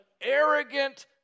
arrogant